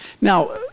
Now